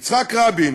יצחק רבין